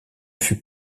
fut